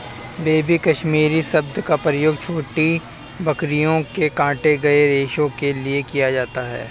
baby Kashmiri शब्द का प्रयोग छोटी बकरियों के काटे गए रेशो के लिए किया जाता है